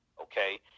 okay